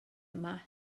yma